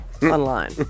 online